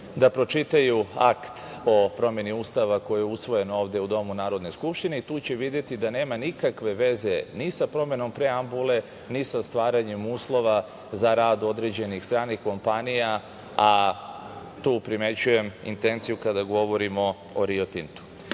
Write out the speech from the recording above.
da pročitaju akt o promeni Ustava koji je usvojen ovde u domu Narodne skupštine i tu će videti da nema nikakve veze ni sa promenom preambule, ni sa stvaranjem uslova za rad određenih stranih kompanija, a tu primećujem intenciju kada govorimo o Rio